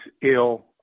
ill